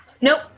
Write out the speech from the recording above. Nope